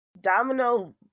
Domino